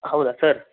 ಹೌದಾ ಸರ್